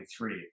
2023